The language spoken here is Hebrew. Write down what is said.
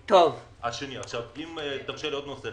אם תרשה לי, עוד נושא.